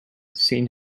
seen